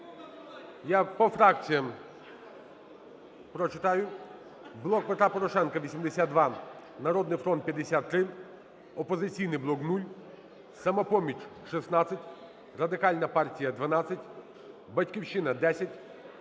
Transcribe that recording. я по фракціям прочитаю. "Блок Петра Порошенка" – 82. "Народний фронт" – 53, "Опозиційний блок" – 0, "Самопоміч" – 16, Радикальна партія – 12, "Батьківщина" – 10,